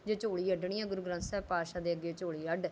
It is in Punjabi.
ਜੇ ਝੋਲੀ ਅੱਡਣੀ ਹੈ ਗੁਰੂ ਗ੍ਰੰਥ ਸਾਹਿਬ ਪਾਤਸ਼ਾਹ ਦੇ ਅੱਗੇ ਝੋਲੀ ਅੱਡ